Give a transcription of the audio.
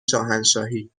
شاهنشاهی